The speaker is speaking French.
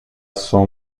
son